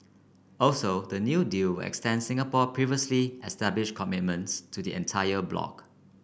also the new deal will extend Singapore's previously established commitments to the entire block